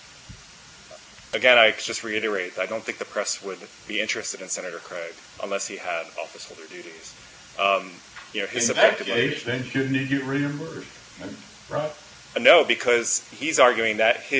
they involve officeholder that's the question that's to the extent there is any inconsistency between the commission's approach with media expenses and legal proceedings there's not but six that there were it doesn't help him anyway because the statute is what guides the